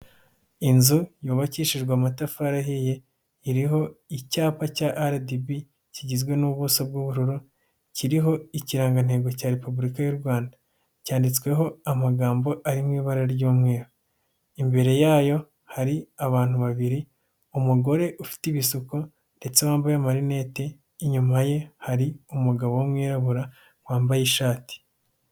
Inzu yubakishijwe amatafari ahiye iriho icyapa cya RDB kigizwe n'ubuso bw'ubururu, kiriho ikirangantego cya Repubulika y'u Rwanda, cyanditsweho amagambo ari mu ibara ry'umweru, imbere yayo hari abantu babiri umugore ufite ibisuko ndetse wambaye amarinete, inyuma ye hari umugabo w'umwirabura wambaye ishati.